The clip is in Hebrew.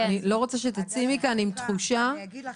אני לא רוצה שתצאי מכאן עם תחושה --- אז אני אגיד לך,